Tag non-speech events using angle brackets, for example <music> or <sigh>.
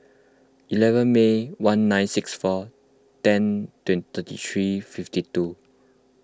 eleven May one nine six four ten <unintelligible> thirty three fifty two